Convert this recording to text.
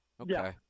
Okay